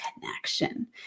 connection